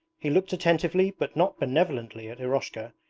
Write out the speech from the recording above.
he looked attentively but not benevolently at eroshka,